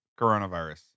coronavirus